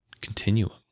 continuum